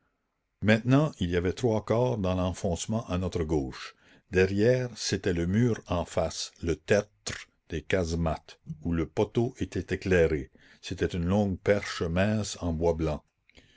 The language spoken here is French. maintenant il y avait trois corps dans l'enfoncement à notre gauche derrière c'était le mur en face le tertre des casemates où le poteau était éclairé c'était une longue perche mince en bois blanc